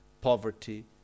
poverty